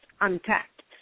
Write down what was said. untapped